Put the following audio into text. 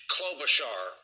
Klobuchar